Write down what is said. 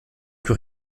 plus